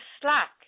slack